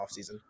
offseason